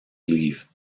leave